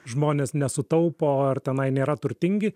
žmonės nesutaupo ar tenai nėra turtingi